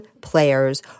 players